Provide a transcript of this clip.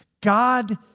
God